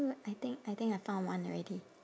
I think I think I found one already